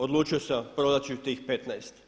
Odlučio sam prodat ću i tih 15.